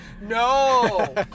No